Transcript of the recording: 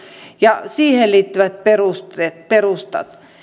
ja siihen liittyvät perustat